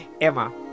Emma